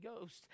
Ghost